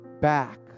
back